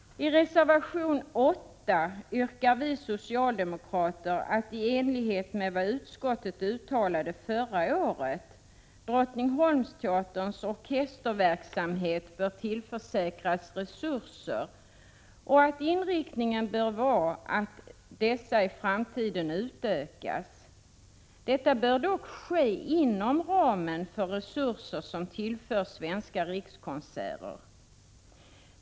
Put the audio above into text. I reservation 8 yrkar vi socialdemokrater i enlighet med vad utskottet uttalade förra året att Drottningholmsteaterns orkesterverksamhet bör tillförsäkras resurser och att inriktningen bör vara att dessa i framtiden utökas. Detta bör dock ske inom ramen för resurser som tillförs Svenska rikskonserter.